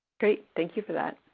great. thank you for that.